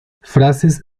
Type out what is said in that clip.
frases